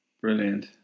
Brilliant